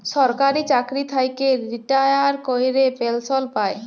সরকারি চাকরি থ্যাইকে রিটায়ার ক্যইরে পেলসল পায়